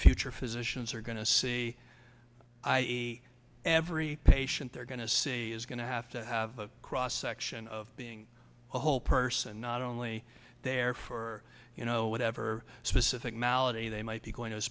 future physicians are going to see every patient they're going to see is going to have to have a cross section of being a whole person not only there for you know whatever specific malady they might be going to a